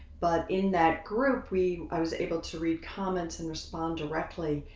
but in that group we, i was able to read comments and respond directly.